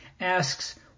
asks